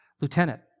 lieutenant